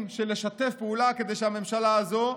של לשתף פעולה כדי שהממשלה הזאת תצליח.